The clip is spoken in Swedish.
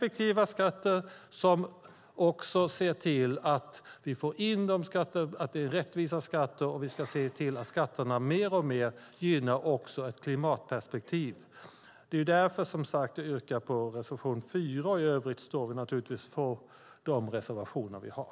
Vi ska ha mer effektiva och rättvisa skatter, och vi ska se till att skatterna mer och mer gynnar klimatet. Det är därför som jag yrkar bifall till reservation 4. I övrigt står jag naturligtvis bakom de reservationer vi har.